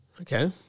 Okay